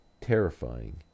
terrifying